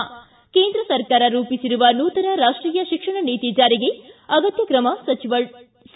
ಿ ಕೇಂದ್ರ ಸರ್ಕಾರ ರೂಪಿಸಿರುವ ನೂತನ ರಾಷ್ಟೀಯ ಶಿಕ್ಷಣ ನೀತಿ ಜಾರಿಗೆ ಅಗತ್ಯ ಕ್ರಮ ಸಚಿವ ಡಾಕ್ಟರ್ ಸಿ